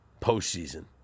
postseason